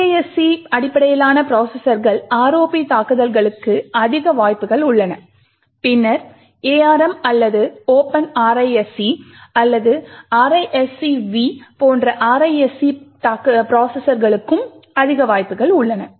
CISC அடிப்படையிலான ப்ரோசஸர்கள் ROP தாக்குதல்களுக்கு அதிக வாய்ப்புகள் உள்ளன பின்னர் ARM அல்லது OpenRISC அல்லது RISC V போன்ற RISC ப்ரோசஸர்களுக்கும் அதிக வாய்ப்புகள் உள்ளன